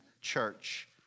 church